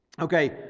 okay